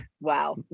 Wow